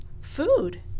food